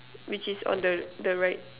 which is on the the right